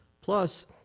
Plus